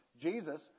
Jesus